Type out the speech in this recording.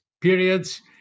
periods